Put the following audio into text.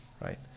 right